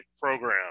program